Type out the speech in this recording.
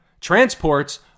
Transports